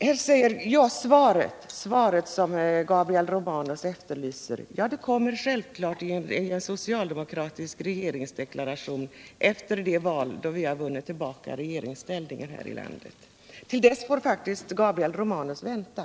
detta. Svaret som Gabriel Romanus efterlyser kommer självklart i en socialdemokratisk regeringsdeklaration efter det val då vi vunnit tillbaka regeringsställningen här i landet. Till dess får faktiskt Gabriel Romanus vänta.